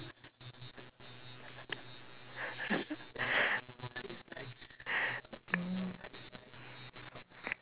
mm